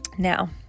Now